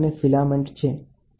અને આ ફિલામેન્ટ છે